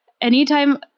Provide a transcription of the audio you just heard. Anytime